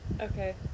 Okay